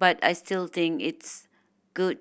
but I still think its good